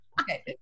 Okay